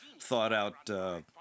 thought-out